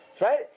Right